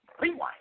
Rewind